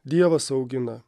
dievas augina